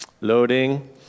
loading